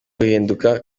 guhinduka